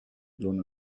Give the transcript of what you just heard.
blown